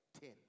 ten